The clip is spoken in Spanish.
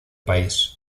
país